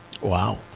Wow